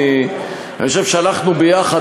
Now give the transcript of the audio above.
אני חושב שהלכנו יחד,